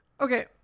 Okay